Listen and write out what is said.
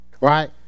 Right